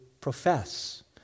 profess